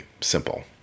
simple